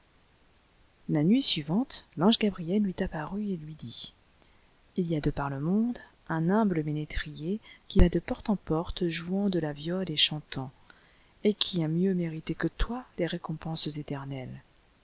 la nuit suivante l'ange gabriel lui apparutetlui dit il y a de par le monde un humble ménétrier qui va de porte en porte jouant delà viole et chantant et qui a mieux mérité que toi les récompenses éternelles